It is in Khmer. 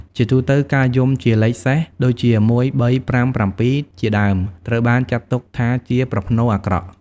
ជាទូទៅការយំជាលេខសេស ដូចជា ១, ៣, ៥, ៧ ជាដើម ត្រូវបានចាត់ទុកថាជាប្រផ្នូលអាក្រក់។